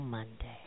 Monday